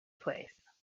place